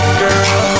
girl